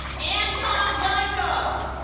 anton zykov